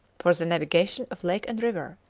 for the navigation of lake and river,